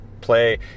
play